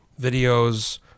videos